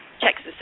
Texas